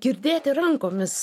girdėti rankomis